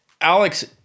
Alex